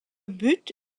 but